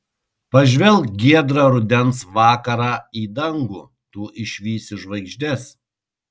pažvelk giedrą rudens vakarą į dangų tu išvysi žvaigždes